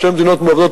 שתי מדינות מועדות